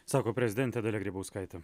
sako prezidentė dalia grybauskaitė